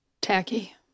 Tacky